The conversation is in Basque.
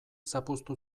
zapuztu